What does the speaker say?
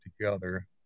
together